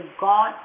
God